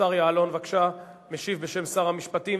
השר יעלון, בבקשה, משיב בשם שר המשפטים.